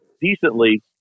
decently